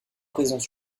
présents